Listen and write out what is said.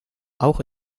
auch